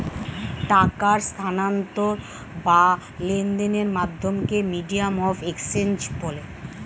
টাকার স্থানান্তর বা লেনদেনের মাধ্যমকে মিডিয়াম অফ এক্সচেঞ্জ বলে